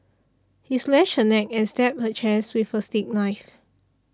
he slashed her neck and stabbed her chest with a steak knife